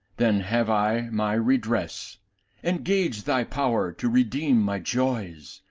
then have i my redress engage thy power to redeem my joys,